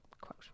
quote